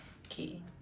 K